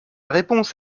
réponse